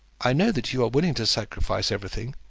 i know that you are willing to sacrifice everything,